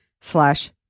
slash